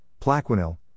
plaquenil